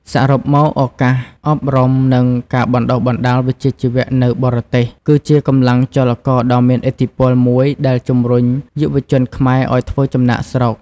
សរុបមក ឱកាសអប់រំ និងការបណ្ដុះបណ្ដាលវិជ្ជាជីវៈនៅបរទេស គឺជាកម្លាំងចលករដ៏មានឥទ្ធិពលមួយដែលជំរុញយុវជនខ្មែរឱ្យធ្វើចំណាកស្រុក។